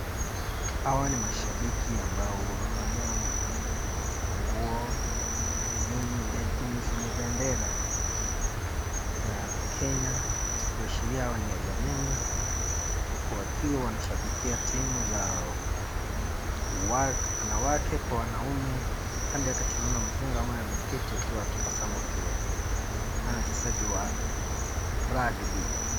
Hawa ni mashabiki ambao wamevalia nguo zenye bendera ya Kenya kuashiria hawa ni wazalendo huku wakiwa wanashabikia timu zao, wanawake kwa wanaume. Kando yake tunaona mzungu aliyeketi na anatabasamu pia. Hawa ni wachezaji wa rugby .